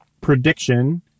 prediction